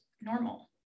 normal